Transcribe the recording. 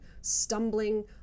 stumbling